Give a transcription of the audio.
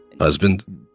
Husband